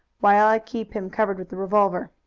while i keep him covered with the revolver.